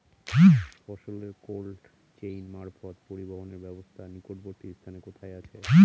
ফসলের cold chain মারফত পরিবহনের ব্যাবস্থা নিকটবর্তী স্থানে কোথায় আছে?